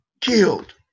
killed